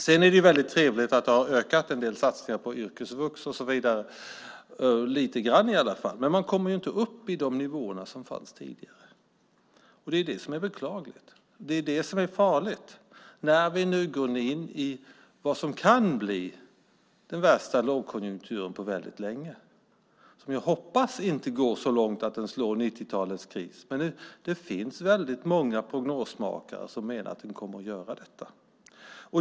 Sedan är det väldigt trevligt att en del satsningar på yrkesvux har ökat lite grann i alla fall. Men man kommer inte upp i de nivåer som fanns tidigare. Det är det som är beklagligt, och det är det som är farligt när vi nu går in i vad som kan bli den värsta lågkonjunkturen på väldigt länge. Jag hoppas att den inte går så långt att den slår 90-talets kris. Men det finns väldigt många prognosmakare som menar att den kommer att göra det.